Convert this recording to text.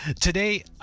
Today